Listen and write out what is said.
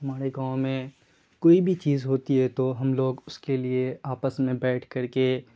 ہمارے گاؤں میں کوئی بھی چیز ہوتی ہے تو ہم لوگ اس کے لیے آپس میں بیٹھ کر کے